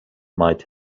might